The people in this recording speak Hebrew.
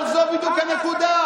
אבל זו בדיוק הנקודה.